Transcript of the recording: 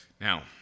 Now